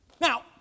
Now